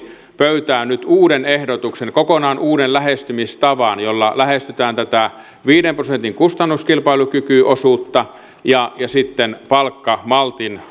pöytään nyt uuden ehdotuksen kokonaan uuden lähestymistavan jolla lähestytään tätä viiden prosentin kustannuskilpailukykyosuutta ja sitten palkkamaltin